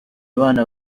abana